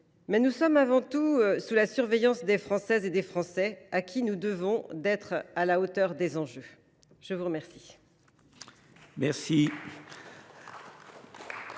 Mais nous sommes, avant tout, sous la surveillance des Françaises et des Français, à qui nous devons d’être à la hauteur des enjeux. La parole est à M.